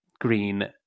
green